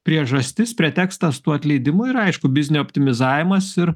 priežastis pretekstas tų atleidimų yra aišku biznio optimizavimas ir